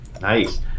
Nice